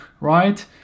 right